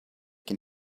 can